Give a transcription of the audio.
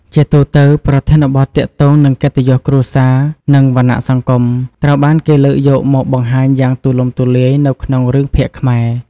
ជាទូទៅ ប្រធានបទទាក់ទងនឹងកិត្តិយសគ្រួសារ និងវណ្ណៈសង្គម ត្រូវបានគេលើកយកមកបង្ហាញយ៉ាងទូលំទូលាយនៅក្នុងរឿងភាគខ្មែរ។